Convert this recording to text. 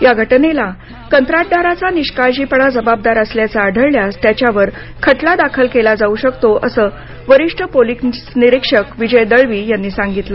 या घटनेला कंत्राटदाराचा निष्काळजीपणा जबाबदार असल्याचं आढळल्यास त्याच्यावर खटला दाखल केला जाऊ शकतो असं वरीष्ठ पोलिस निरीक्षक विजय दळवी यांनी सांगितलं